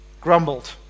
grumbled